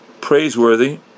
praiseworthy